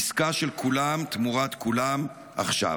עסקה של כולם תמורת כולם עכשיו.